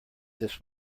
this